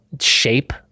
shape